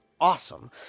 awesome